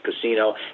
casino